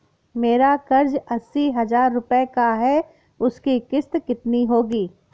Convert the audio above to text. मेरा कर्ज अस्सी हज़ार रुपये का है उसकी किश्त कितनी होगी?